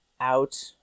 out